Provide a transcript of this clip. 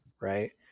right